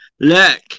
look